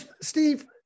Steve